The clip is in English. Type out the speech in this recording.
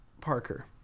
parker